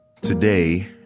Today